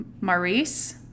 Maurice